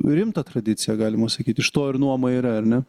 rimtą tradiciją galima sakyt iš to ir nuoma yra ar ne